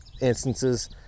instances